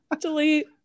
Delete